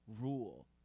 rule